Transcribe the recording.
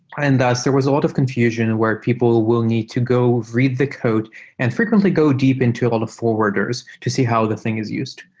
and thus, there was a lot of confusion and where people need to go read the code and frequently go deep into a lot of forwarders to see how the thing is used.